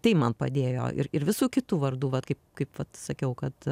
tai man padėjo ir ir visų kitų vardų va kaip kaip sakiau kad